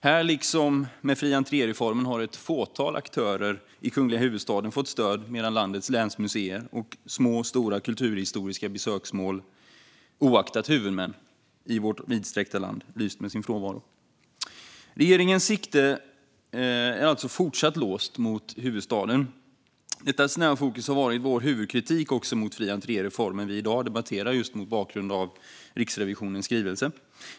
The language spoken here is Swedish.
Här liksom med fri entré-reformen har ett fåtal aktörer i den kungliga huvudstaden fått stöd medan stödet till landets länsmuseer och små och stora kulturhistoriska besöksmål - oavsett huvudmän - i vårt vidsträckta land lyst med sin frånvaro. Regeringens sikte är alltså även fortsättningsvis låst mot huvudstaden. Detta snäva fokus har varit vår huvudkritik också mot den fri entré-reform vi i dag debatterar mot bakgrund av Riksrevisionens skrivelse.